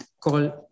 called